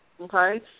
okay